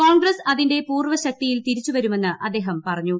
കോൺഗ്രസ് അതിന്റെ പൂർവ്വ ശക്തിയിൽ തിരിച്ചുവരുമെന്ന് അദ്ദേഹം പറഞ്ഞു